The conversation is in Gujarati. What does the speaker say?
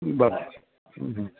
બરાબર